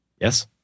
Yes